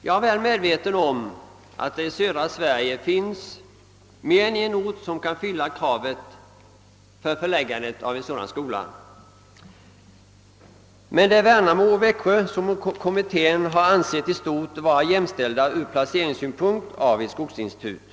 Jag är väl medveten om att det i södra Sverige finns mer än en ort som kan uppfylla kraven för förläggningen av en sådan skola. Kommittén har ansett Värnamo och Växjö vara i stort sett jämställda när det gäller placeringen av ett skogsinstitut.